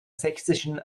sächsischen